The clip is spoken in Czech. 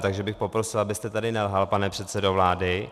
Takže bych poprosil, abyste tady nelhal, pane předsedo vlády.